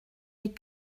les